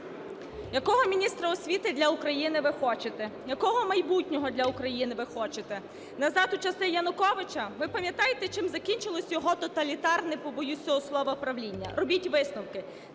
Якого міністра освіти для України ви хочете? Якого майбутнього для України ви хочете? Назад у часи Януковича? Ви пам'ятаєте, чим закінчилося його тоталітарне, не побоюся цього слова, правління. Робіть висновки.